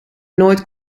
nooit